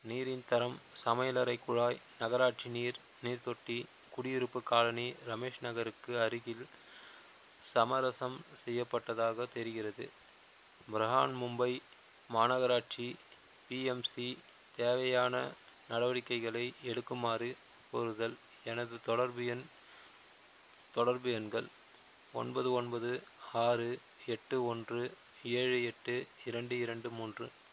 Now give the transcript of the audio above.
நீரின் தரம் சமையலறை குழாய் நகராட்சி நீர் நீர்தொட்டி குடியிருப்பு காலனி ரமேஷ் நகருக்கு அருகில் சமரசம் செய்யபட்டதாக தெரிகிறது ப்ராஹன் மும்பை மாநகராட்சி பிஎம்சி தேவையான நடவடிக்கைகளை எடுக்குமாறு கூறுதல் எனது தொடர்பு எண் தொடர்பு எண்கள் ஒன்பது ஒன்பது ஆறு எட்டு ஒன்று ஏழு எட்டு இரண்டு இரண்டு மூன்று